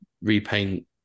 repaint